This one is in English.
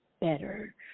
better